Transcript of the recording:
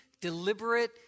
deliberate